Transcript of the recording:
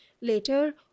Later